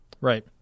Right